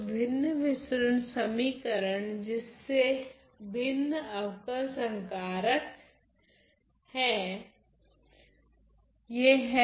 तो भिन्न विसरण समीकरण जिसमे भिन्न अवकल संकारक हैं